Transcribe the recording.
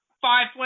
Five